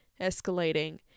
escalating